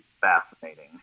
fascinating